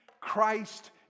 Christ